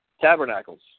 Tabernacles